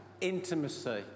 intimacy